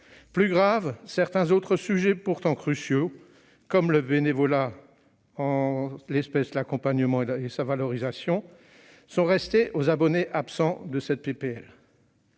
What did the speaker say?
Plus grave, certains autres sujets pourtant cruciaux, comme le bénévolat, qui nécessite accompagnement et valorisation, sont restés aux abonnés absents ! Concernant